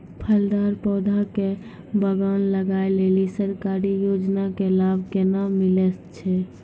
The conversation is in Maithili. फलदार पौधा के बगान लगाय लेली सरकारी योजना के लाभ केना मिलै छै?